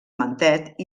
mentet